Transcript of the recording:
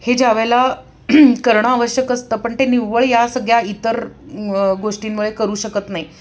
हे ज्यावेळेला करणं आवश्यक असतं पण ते निव्वळ या सगळ्या इतर गोष्टींमुळे करू शकत नाही